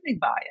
bias